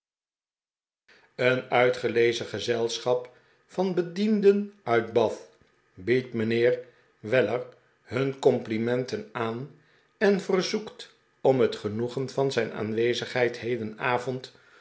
een uitgelezen gezelschap van bedienden uit bath biedt mijnheer weller hun complimenten aan en verzoekt om het genoegen van zijn aanwezigheid